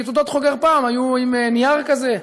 כי תעודות חוגר פעם היו מנייר כזה,